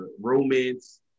romance